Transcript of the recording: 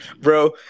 Bro